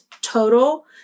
Total